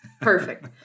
Perfect